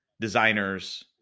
designers